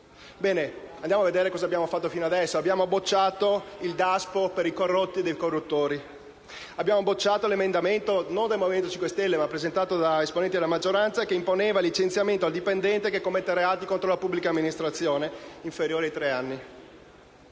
Bene, andiamo a vedere cosa abbiamo fatto fino a adesso. Abbiamo bocciato il DASPO per i corrotti e i corruttori. Abbiamo bocciato l'emendamento - non del Movimento 5 Stelle, ma presentato da esponenti della maggioranza - che imponeva il licenziamento del dipendente che commette reati contro la pubblica amministrazione con pena inferiore ai tre anni.